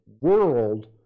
world